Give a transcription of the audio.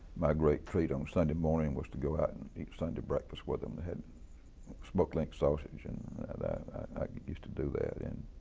my great treat on sunday morning was to go out and eat sunday breakfast with them. they had smoked link sausage and i used to do that, and